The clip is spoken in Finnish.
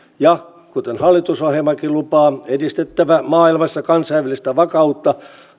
ja kuten hallitusohjelmakin lupaa edistettävä maailmassa kansainvälistä vakautta